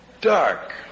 dark